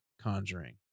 Conjuring